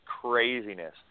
craziness